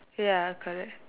ya correct